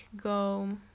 go